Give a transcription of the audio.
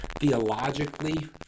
theologically